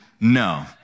No